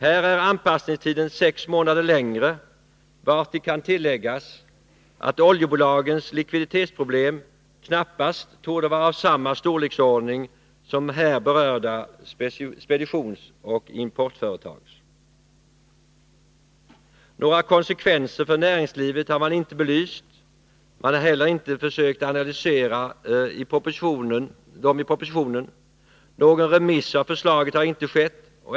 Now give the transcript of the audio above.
Här är anpassningstiden sex månader längre, vartill kan tilläggas att oljebolagens likviditetsproblem knappast torde vara av samma storleksordning som här berörda speditionsoch importföretags. Några konsekvenser för näringslivet har man inte belyst eller ens försökt analysera i propositionen. Någon remiss av förslaget har inte skett.